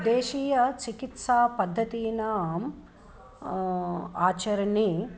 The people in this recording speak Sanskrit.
देशीयचिकित्सापद्धतीनाम् आचरणे